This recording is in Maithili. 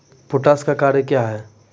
पोटास का क्या कार्य हैं?